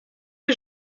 que